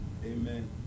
Amen